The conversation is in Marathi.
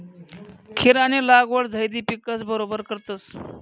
खीरानी लागवड झैद पिकस बरोबर करतस